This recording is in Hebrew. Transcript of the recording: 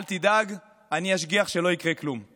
אל תדאג, אני אשגיח שלא יקרה כלום.